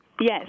Yes